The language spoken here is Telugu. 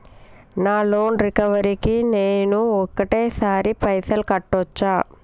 నా లోన్ రికవరీ కి నేను ఒకటేసరి పైసల్ కట్టొచ్చా?